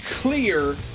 clear